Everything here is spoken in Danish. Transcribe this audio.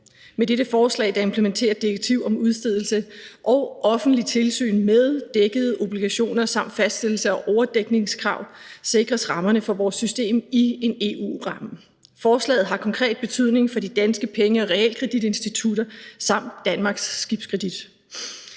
Med dette lovforslag, der implementerer et direktiv om udstedelse og offentligt tilsyn med dækkede obligationer samt fastsættelse af overdækningskrav, sikres rammerne for vores system i en EU-ramme. Forslaget har konkret betydning for de danske penge- og realkreditinstitutter samt Danmarks Skibskredit,